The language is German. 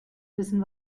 wissen